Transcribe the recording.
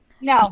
No